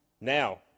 Now